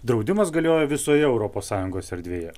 draudimas galioja visoje europos sąjungos erdvėje